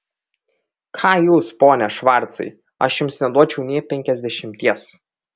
ką jūs pone švarcai aš jums neduočiau nė penkiasdešimties